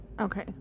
Okay